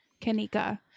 Kanika